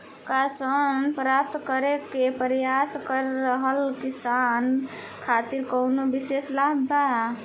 का ऋण प्राप्त करे के प्रयास कर रहल किसान खातिर कउनो विशेष लाभ बा?